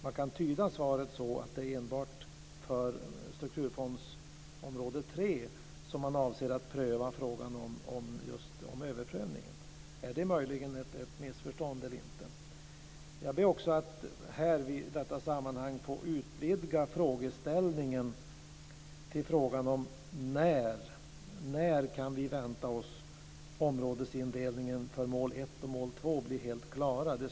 Man kan tyda svaret som att det är enbart för strukturfondsområde 3 som man avser att pröva frågan om överprövningen. Är det möjligen ett missförstånd? Jag vill också utvidga frågeställningen: När kan vi vänta oss att områdesindelningen för mål 1 och mål 2 blir helt klara?